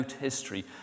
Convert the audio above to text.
history